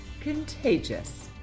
contagious